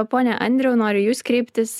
pone andriau noriu į jus kreiptis